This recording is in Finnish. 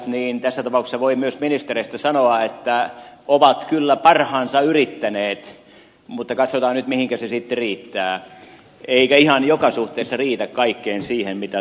niin kuin entisistä urheilijoista tässä tapauksessa voi myös ministereistä sanoa että ovat kyllä parhaansa yrittäneet mutta katsotaan nyt mihinkä se sitten riittää eikä ihan joka suhteessa riitä kaikkeen siihen mitä toivetta olisi